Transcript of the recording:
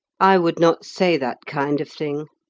i would not say that kind of thing,